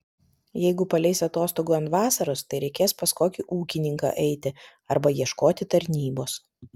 jeigu paleis atostogų ant vasaros tai reikės pas kokį ūkininką eiti arba ieškoti tarnybos